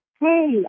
hey